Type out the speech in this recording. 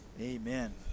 amen